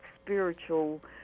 spiritual